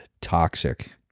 toxic